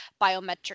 biometric